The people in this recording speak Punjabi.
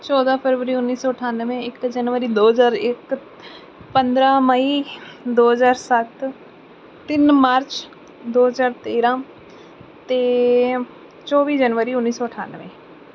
ਚੌਦਾਂ ਫਰਵਰੀ ਉੱਨੀ ਸੌ ਅਠਾਨਵੇਂ ਇੱਕ ਜਨਵਰੀ ਦੋ ਹਜ਼ਾਰ ਇੱਕ ਪੰਦਰਾਂ ਮਈ ਦੋ ਹਜ਼ਾਰ ਸੱਤ ਤਿੰਨ ਮਾਰਚ ਦੋ ਹਜ਼ਾਰ ਤੇਰਾਂ ਅਤੇ ਚੌਵੀ ਜਨਵਰੀ ਉੱਨੀ ਸੌ ਅਠਾਨਵੇਂ